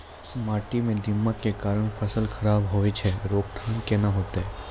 माटी म दीमक के कारण फसल खराब होय छै, रोकथाम केना होतै?